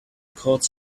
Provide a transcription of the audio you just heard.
calls